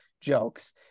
jokes